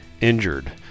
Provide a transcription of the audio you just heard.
injured